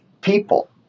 people